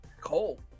Cole